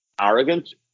arrogant